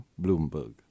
Bloomberg